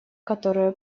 которую